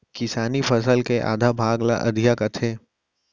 किसानी फसल के आधा भाग ल अधिया कथें